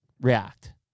React